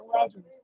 legends